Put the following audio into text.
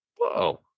Whoa